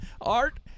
Art